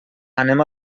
anem